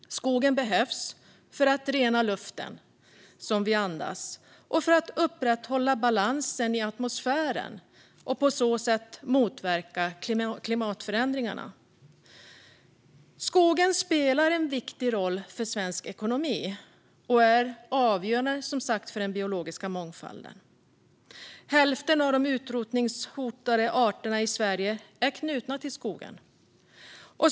Skogen behövs för att rena luften som vi andas och för att upprätthålla balansen i atmosfären och på så sätt motverka klimatförändringar. Skogen spelar en viktig roll för svensk ekonomi och är som sagt avgörande för den biologiska mångfalden. Hälften av de utrotningshotade arterna i Sverige är knutna till skogen.